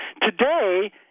Today